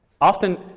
Often